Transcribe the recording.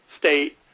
state